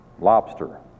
lobster